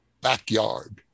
backyard